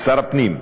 לשר הפנים,